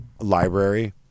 library